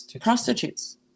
prostitutes